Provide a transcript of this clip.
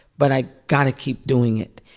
but i got to keep doing it.